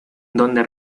donde